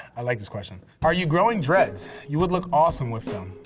i like this question. are you growing dreads? you would look awesome with them.